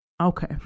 Okay